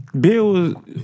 Bill